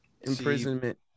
imprisonment